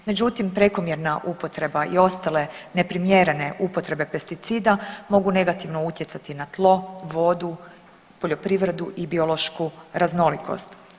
Međutim, prekomjerna upotreba i ostale neprimjerene upotrebe pesticida mogu negativno utjecati na tlo, vodu, poljoprivredu i biološku raznolikost.